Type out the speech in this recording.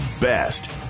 best